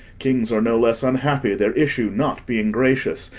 kings are no less unhappy, their issue not being gracious,